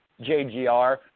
JGR